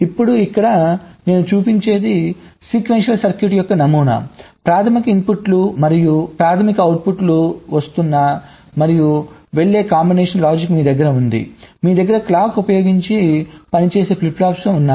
ఇప్పుడు ఇక్కడ నేను చూపించేది సీక్వెన్షియల్ సర్క్యూట్ యొక్క నమూనా ప్రాధమిక ఇన్పుట్లు మరియు ప్రాధమిక అవుట్పుట్లు వస్తున్న మరియు వెళ్ళే కాంబినేషన్ లాజిక్ మీ దగ్గర ఉంది మీ దగ్గర క్లాక్ ఉపయోగించి పనిచేసే ఫ్లిప్ ఫ్లాప్స్ ఉన్నాయి